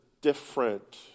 different